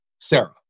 Sarah